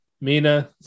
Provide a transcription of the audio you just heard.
Mina